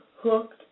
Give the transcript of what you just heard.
hooked